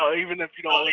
even if you don't